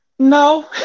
no